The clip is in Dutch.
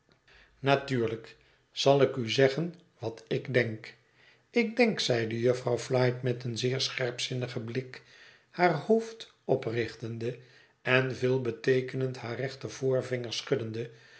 natuurlijk zal ik u zeggen wat i k d enk ik denk zeide jufvrouw flite met een zeer scherpzinnigen blik haar hoofd oprichtende en veelbeteekenend haar rechtervoorvinger schuddende